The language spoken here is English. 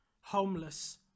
homeless